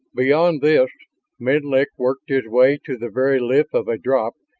beyond this menlik worked his way to the very lip of a drop,